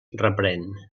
reprèn